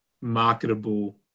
marketable